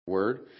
word